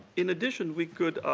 in addition, we could